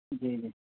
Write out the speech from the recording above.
ਜੀ ਜੀ